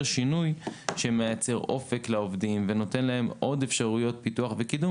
שינוי שמייצר אופק לעובדים ונותן להם עוד אפשרויות פיתוח וקידום,